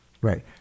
Right